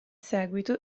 seguito